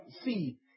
see